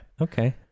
Okay